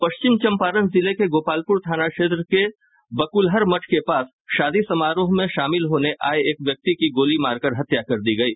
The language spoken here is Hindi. पश्चिम चंपारण जिले के गोपालपुर थाना क्षेत्र के बकुलहर मठ के पास शादी समारोह में शामिल होने आये एक व्यक्ति की गोली मारकर हत्या कर दी गयी